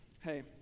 hey